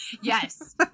Yes